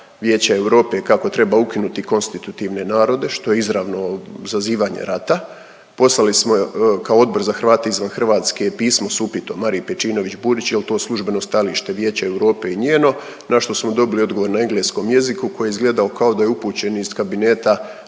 Vijeća Europe kako treba ukinuti konstitutivne narode što je izravno zazivanje rata, poslali smo kao Odbor za Hrvate izvan Hrvatske pismo sa upitom Mariji Pejčinović Burić jel' to službeno stajalište Vijeća Europe i njeno, na što smo dobili odgovor na engleskom jeziku koji je izgledao kao da je upućen iz kabineta